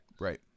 right